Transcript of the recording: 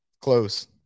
close